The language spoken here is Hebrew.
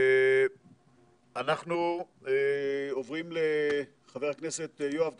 אנחנו עוברים לחבר הכנסת יואב סגלוביץ',